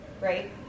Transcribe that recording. right